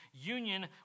union